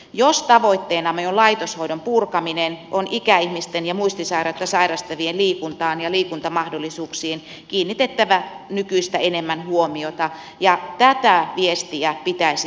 jos tavoitteenamme on laitoshoidon purkaminen on ikäihmisten ja muistisairautta sairastavien liikuntaan ja liikuntamahdollisuuksiin kiinnitettävä nykyistä enemmän huomiota ja tätä viestiä pitäisi viedä joka taholle